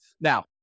Now